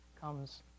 comes